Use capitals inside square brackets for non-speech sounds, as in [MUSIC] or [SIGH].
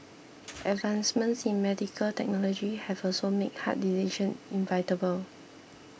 [NOISE] advancements in medical technology have also made hard decision inevitable